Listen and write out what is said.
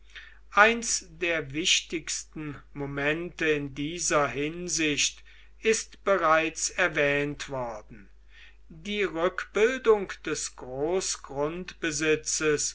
eins der wichtigsten momente in dieser hinsicht ist bereits erwähnt worden die rückbildung des